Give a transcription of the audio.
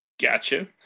Gotcha